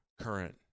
current